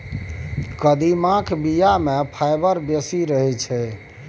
कदीमाक बीया मे फाइबर बेसी रहैत छै